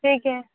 ठीक है